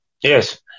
Yes